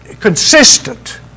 consistent